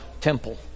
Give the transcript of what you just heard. temple